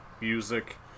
music